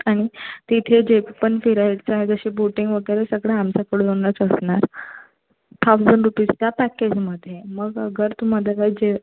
आणि तिथे जे पण फिरायचं आहे जशी बोटिंग वगैरे सगळं आमच्याकडूनच असणार थाउजंड रुपीजच्या पॅकेजमध्ये मग अगर तुम अदरवाइज जे